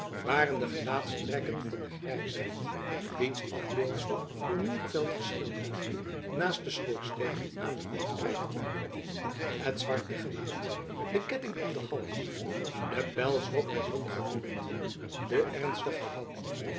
waren de gelaatstrekken van den grijzaart wiens afbeeldsel door mierevelt geschilderd naast den schoorsteen aan den wand prijkte het zwarte gewaad de ketting om den hals de pelsrok met bont gevoerd de ernstige houding